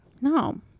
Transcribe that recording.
No